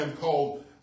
called